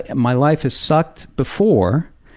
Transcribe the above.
my life has sucked before,